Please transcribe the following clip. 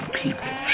people